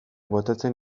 botatzen